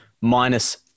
minus